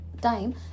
time